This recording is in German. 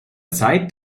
zeit